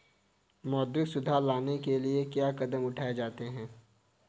मौद्रिक सुधार लाने के लिए क्या कदम उठाए जाते हैं